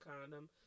condom